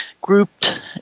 grouped